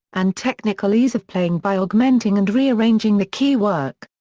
and technical ease of playing by augmenting and rearranging the keywork.